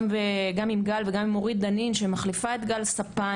גם עם גל וגם עם אורית דנין שמחליפה את גל ספן,